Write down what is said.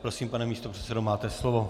Prosím, pane místopředsedo, máte slovo.